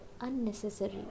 unnecessary